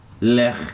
Lech